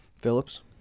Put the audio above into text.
Phillips